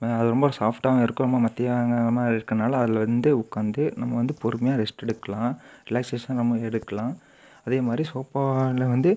அது ரொம்ப சாஃப்ட்டாகவும் இருக்கும் ரொம்ப மெத்தையாக இருக்கதனால அதில் வந்து உட்காந்து நம்ம வந்து பொறுமையாக ரெஸ்ட் எடுக்கலாம் ரிலாக்ஸ்ஷேஷன் நம்ம எடுக்கலாம் அதே மாதிரி சோஃபாவில வந்து